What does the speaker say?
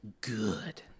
good